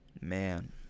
Man